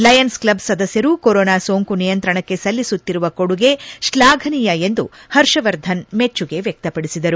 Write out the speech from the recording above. Lions Club ಸದಸ್ಯರು corona ಸೋಂಕು ನಿಯಂತ್ರಣಕ್ಕೆ ಸಲ್ಲಿಸುತ್ತಿರುವ ಕೊಡುಗೆ ಶ್ಲಾಘನೀಯ ಎಂದು ಹರ್ಷವರ್ಧನ್ ಮೆಚ್ಚುಗೆ ವ್ಯಕ್ತಪಡಿಸಿದರು